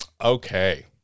Okay